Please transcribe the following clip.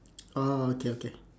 oh okay okay